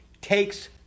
takes